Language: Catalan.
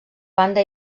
banda